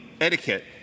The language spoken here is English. Etiquette